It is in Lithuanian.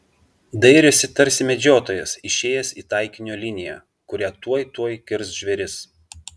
dairėsi tarsi medžiotojas išėjęs į taikinio liniją kurią tuoj tuoj kirs žvėris